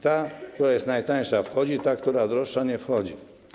Ta, która jest najtańsza - wchodzi, ta, która jest droższa - nie wchodzi.